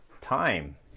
time